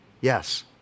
Yes